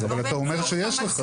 אבל אתה אומר שיש לך.